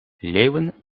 leeuwen